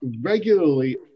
regularly